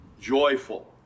joyful